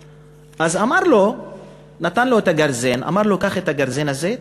אז נתן לו את הגרזן ואמר לו: קח את הגרזן הזה,